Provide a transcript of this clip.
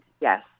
yes